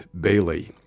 Bailey